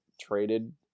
traded